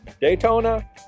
Daytona